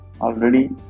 already